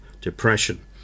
depression